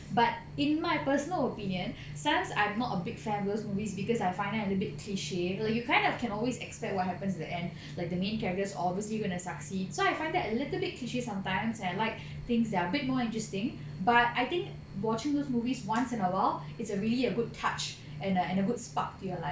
but in my personal opinion since I'm not a big fan of those movies because I find them a little bit cliche like you kind of can always expect what happens at the end like the main characters obviously going to succeed so I find that a little bit cliche sometimes and I like things are a bit more interesting but I think watching those movies once in a while it's a really a good touch and a and a good spark to your life yup